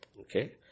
Okay